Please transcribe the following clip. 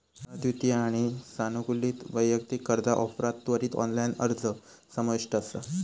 अद्वितीय आणि सानुकूलित वैयक्तिक कर्जा ऑफरात त्वरित ऑनलाइन अर्ज समाविष्ट असा